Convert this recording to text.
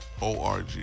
org